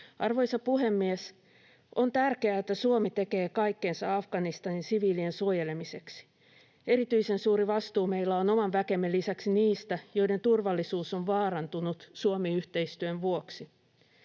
Arvoisa puhemies! On tärkeää, että Suomi tekee kaikkensa Afganistanin siviilien suojelemiseksi. Erityisen suuri vastuu meillä on oman väkemme lisäksi niistä, joiden turvallisuus on vaarantunut Suomi-yhteistyön vuoksi.